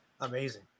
amazing